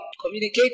Communicate